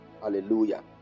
Hallelujah